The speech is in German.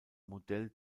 modell